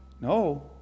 No